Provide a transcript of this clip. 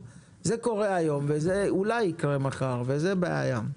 זה קורה היום וזה אולי יקרה מחר וזה בעיה.